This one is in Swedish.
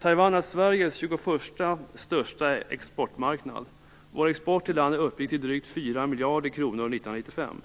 Taiwan är Sveriges 21:a största exportmarknad. Vår export till landet uppgick till drygt 4 miljarder kronor 1995.